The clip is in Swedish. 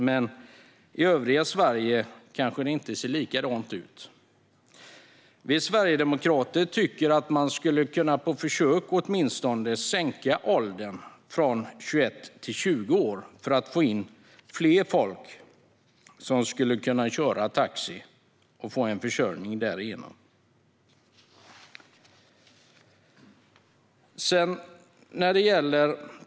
Men det ser kanske inte likadant ut i övriga Sverige. Vi sverigedemokrater tycker att man åtminstone på försök skulle kunna sänka ålderskravet för taxilegitimation från 21 år till 20 år, för att fler ska kunna köra taxi och på det sättet hitta en försörjning.